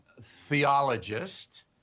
theologist